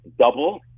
double